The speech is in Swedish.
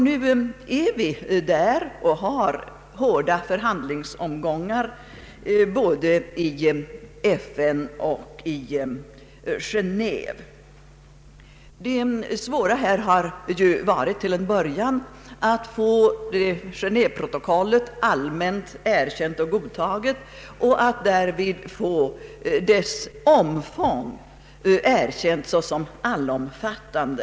Nu har vi gått in i hårda förhandlingsomgångar både i FN och i Genéve. Det svåra har till en början varit att få Geneveprotokollet med förbud om dessa stridsmedels användning i krig allmänt erkänt och godtaget och att därvid få dess giltighet erkänd såsom allomfattande.